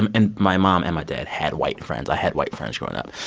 and and my mom and my dad had white friends. i had white friends growing up.